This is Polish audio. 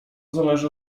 zależy